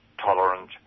tolerant